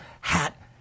hat